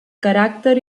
caràcter